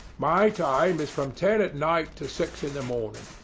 my time is from ten at night to six in the morning.